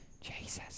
Jesus